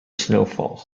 snowfall